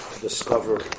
discover